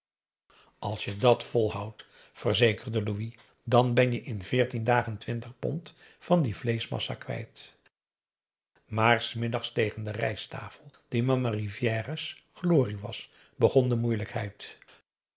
als je dat volhoudt verzekerde louis dan ben je in veertien dagen twintig pond van die vleeschmassa kwijt maar s middags tegen de rijsttafel die mama rivière's glorie was begon de moeilijkheid